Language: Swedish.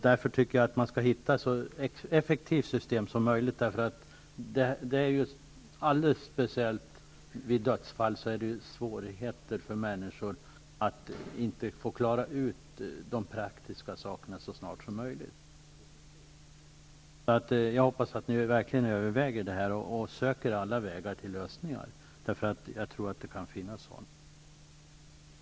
Därför tycker jag att man skall hitta ett så effektivt system som möjligt. Speciellt vid dödsfall är det svårt för människor när de inte får klara av de praktiska frågorna så snart som möjligt. Jag hoppas att ni verkligen överväger detta och söker alla vägar till lösningar. Jag tror att man kan finna sådana.